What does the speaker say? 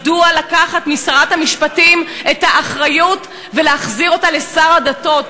מדוע לקחת משרת המשפטים את האחריות ולהחזיר אותה לשר הדתות?